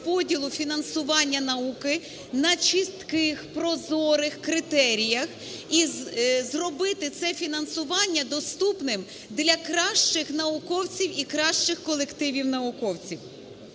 розподілу фінансування науки на чітких, прозорих критеріях. І зробити це фінансування доступним для кращих науковців і кращих колективів науковців.